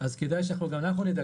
כדאי שאנחנו נדע,